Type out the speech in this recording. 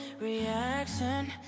reaction